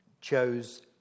chose